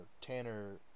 Tanner